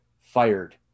fired